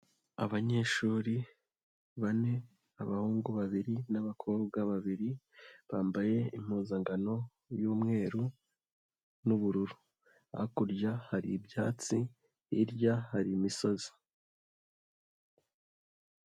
Abanyeshuri, bane, abahungu babiri n'abakobwa babiri, bambaye impuzankano y'umweru n'ubururu, hakurya hari ibyatsi, hirya hari imisozi.